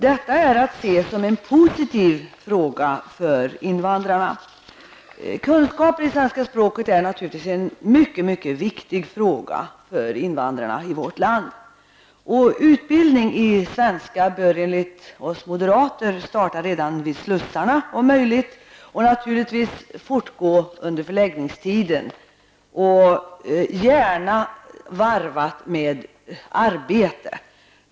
Detta krav är att se som något positivt för invandrarna. Kunskaper i svenska språket är naturligtvis mycket viktiga för invandrarna i vårt land. Undervisningen i svenska bör enligt oss moderater om möjligt starta redan vid slussarna och naturligtvis fortgå under förläggningstiden, gärna varvad med arbete.